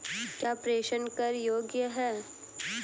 क्या प्रेषण कर योग्य हैं?